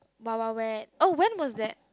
Wild-Wild-Wet oh when was that